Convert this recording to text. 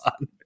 on